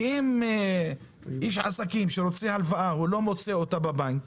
אם איש עסקים שרוצה הלוואה לא מוצא אותה בבנק,